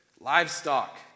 livestock